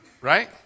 right